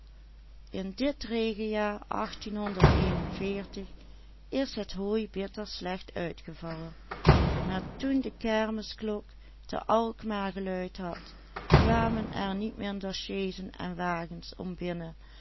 uitgevallen maar toen de kermisklok te alkmaar geluid had kwamen er niet minder sjeezen en wagens om binnen